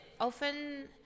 often